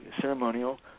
ceremonial